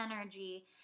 energy